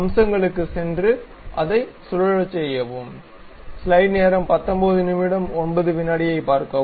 அம்சங்களுக்குச் சென்று அதைச் சுழலச் செய்யவும்